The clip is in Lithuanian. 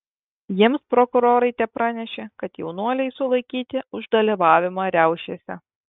jiems prokurorai tepranešė kad jaunuoliai sulaikyti už dalyvavimą riaušėse